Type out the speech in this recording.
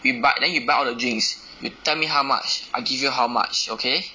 you bu~ then you buy all the drinks you tell me how much I give you how much okay